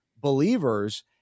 believers